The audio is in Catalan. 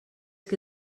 que